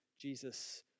Jesus